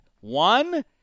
One